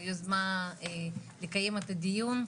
על יוזמה לקיים את הדיון,